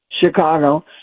Chicago